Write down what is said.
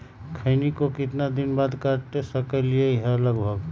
खैनी को कितना दिन बाद काट सकलिये है लगभग?